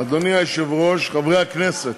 אדוני היושב-ראש, חברי הכנסת,